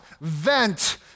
vent